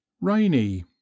rainy